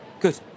Good